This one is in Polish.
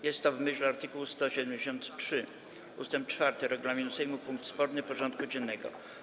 Jest to, w myśl art. 173 ust. 4 regulaminu Sejmu, punkt sporny porządku dziennego.